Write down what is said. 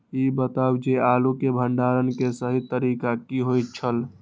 ई बताऊ जे आलू के भंडारण के सही तरीका की होय छल?